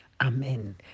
Amen